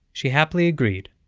she happily agreed,